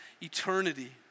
eternity